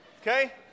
Okay